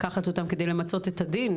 לקחת אותם כדי למצות את הדין,